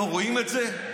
לא רואים את זה?